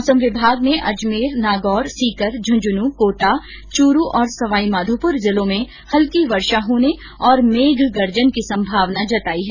मौसम विभाग ने अज़मेर नागौर सीकर झुन्झुनू चुरु कोटा और सवाई माधोपुर जिलों में हल्की वर्षा होने और मेघ गर्जन की संभावना जताई है